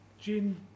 Gin